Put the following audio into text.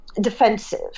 Defensive